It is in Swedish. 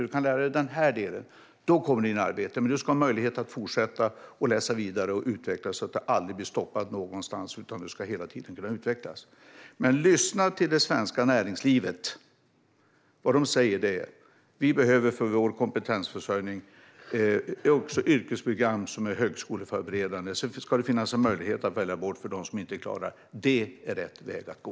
Man kan lära sig en viss del för att komma in i arbete direkt därefter, men man ska ha möjlighet att fortsätta, läsa vidare och utvecklas. Man ska aldrig bli stoppad någonstans, utan man ska hela tiden kunna utvecklas. Lyssna till det svenska näringslivet! De säger: Vad vi behöver för vår kompetensförsörjning är yrkesprogram som är högskoleförberedande. Sedan ska det finnas en möjlighet att välja bort för dem som inte klarar av det. Det är rätt väg att gå.